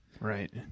Right